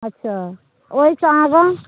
अच्छा ओहिसँ आगाँ